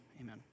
amen